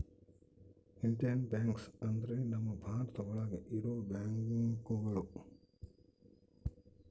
Indian banks ಅಂದ್ರ ನಮ್ ಭಾರತ ಒಳಗ ಇರೋ ಬ್ಯಾಂಕ್ಗಳು